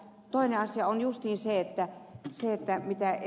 toinen asia on justiin se minkä ed